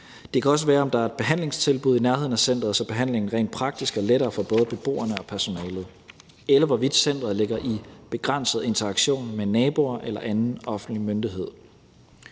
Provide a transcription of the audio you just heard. Det kan også være, om der er et behandlingstilbud i nærheden af centeret, så det rent praktisk bliver lettere med behandlingen for både beboere og personalet, eller hvorvidt centeret har begrænset interaktion med naboer eller en offentlig myndighed.